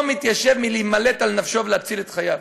מתיישב מלהימלט על נפשו ולהציל את חייו.